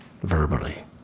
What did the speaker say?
verbally